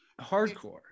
hardcore